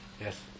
Yes